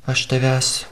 aš tavęs